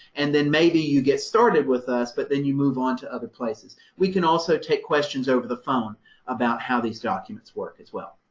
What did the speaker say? and then maybe you get started with us, but then you move onto other places. we can also take questions over the phone about how these documents work as well.